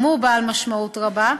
וגם הוא בעל משמעות רבה,